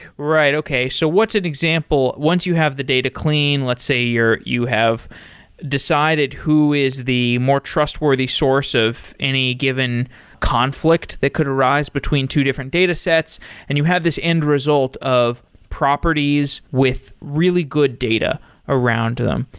right. okay. so what's an example, once you have the data clean, let's say you you have decided who is the more trustworthy source of any given conflict that could arise between two different datasets and you had this end result of properties with really good data around to them.